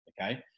okay